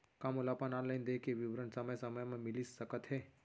का मोला अपन ऑनलाइन देय के विवरण समय समय म मिलिस सकत हे?